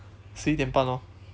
十一点半 lor